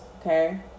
okay